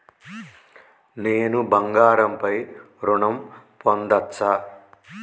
నేను బంగారం పై ఋణం పొందచ్చా?